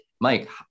Mike